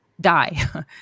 die